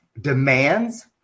demands